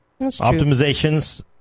optimizations